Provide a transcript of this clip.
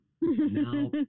Now